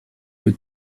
with